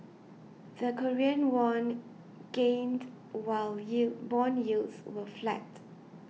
the Korean won gained while yield bond yields were flat